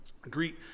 Greet